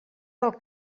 del